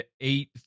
eight